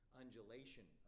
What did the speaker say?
undulation